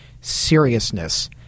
seriousness